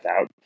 out